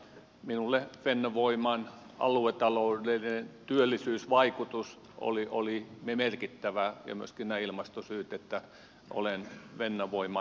minulle fennovoiman aluetaloudellinen työllisyysvaikutus oli merkittävä ja myöskin ovat nämä ilmastosyyt siinä että olen fennovoiman takana